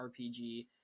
RPG